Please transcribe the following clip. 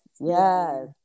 Yes